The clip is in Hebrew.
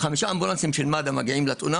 חמישה אמבולנסים של מד"א מגיעים לתאונה